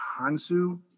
Hansu